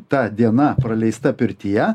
ta diena praleista pirtyje